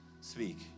Speak